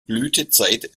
blütezeit